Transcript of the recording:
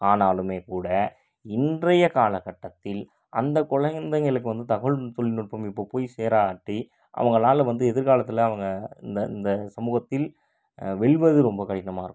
ஆனாலுமே கூட இன்றைய காலகட்டத்தில் அந்த கொழந்தைங்களுக்கு வந்து தகவல் தொழில்நுட்பம் இப்ப போய் சேராட்டி அவங்களாலே வந்து எதிர்காலத்தில் அவங்க இந்த இந்த சமூகத்தில் வெல்வது ரொம்ப கடினமாக இருக்கும்